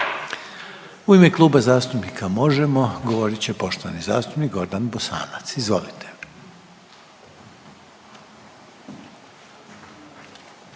U ime Kluba zastupnika HDZ-a govorit će poštovani zastupnik Goran Ivanović. Izvolite.